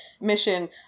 mission